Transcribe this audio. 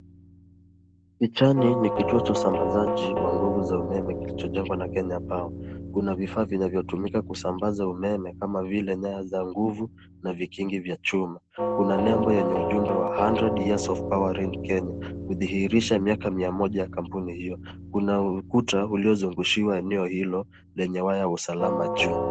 Pichani ni kituo cha usambazaji wa nguvu za umeme kilichojengwa na Kenya Power . Kuna vifaa vinavyotumika kusambaza umeme kama vile nyaya za nguvu na vikingi vya chuma. Kuna nembo yenye ujumbe wa 100 years of Powering Kenya , kudhihirisha miaka mia moja ya kampuni hio. Kuna ukuta uliozungushiwa eneo hilo lenye waya wa usalama juu.